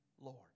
Lord